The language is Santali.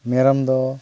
ᱢᱮᱨᱚᱢ ᱫᱚ